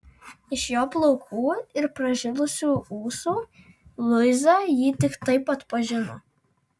iš jo plaukų ir pražilusių ūsų luiza jį tik taip atpažino